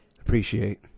Appreciate